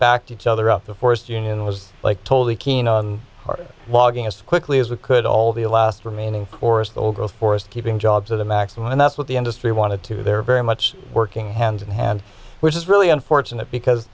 backed each other up the forest union was like totally keen on logging as quickly as we could all the last remaining forest old growth forests keeping jobs at a maximum and that's what the industry wanted to do they're very much working hand in hand which is really unfortunate because